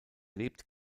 lebt